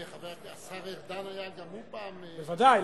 השר ארדן, היה גם הוא פעם, ודאי.